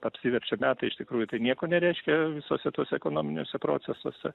apsiverčia metai iš tikrųjų tai nieko nereiškia visuose tuose ekonominiuose procesuose